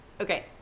okay